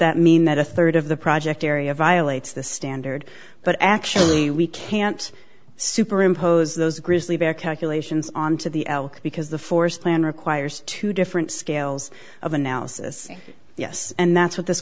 that mean that a third of the project area violates the standard but actually we can't superimpose those grizzly bear calculations on to the elk because the forest plan requires two different scales of analysis yes and that's what this